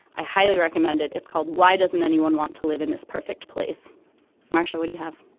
i highly recommend it. it's called why doesn't anyone want to live in this perfect place marsha what do you have.